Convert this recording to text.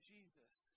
Jesus